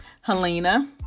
Helena